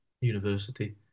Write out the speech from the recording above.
university